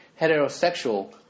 heterosexual